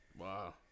Wow